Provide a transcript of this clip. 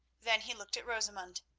then he looked at rosamund.